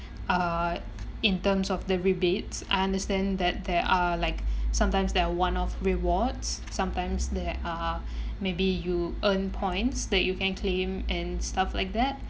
uh in terms of the rebates I understand that there are like sometimes there are one of rewards sometimes there are maybe you earn points that you can claim and stuff like that